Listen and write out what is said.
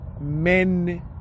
men